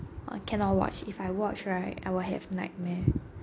I cannot watch if I watch right I will have nightmare